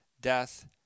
death